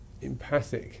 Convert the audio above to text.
empathic